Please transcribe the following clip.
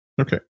Okay